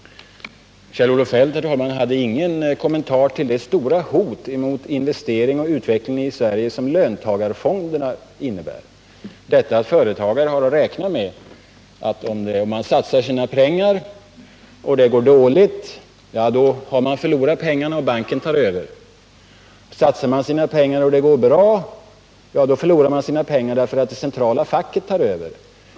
Kjell-Olof Feldt hade ingen kommentar till det stora hot mot investeringar och utveckling i Sverige som löntagarfonderna innebär — detta att en företagare har att räkna med att om man satsar sina pengar och det går dåligt, då har man förlorat pengarna och banken tar över, och går det bra, då förlorar man pengarna därför att det centrala facket tar över.